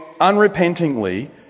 unrepentingly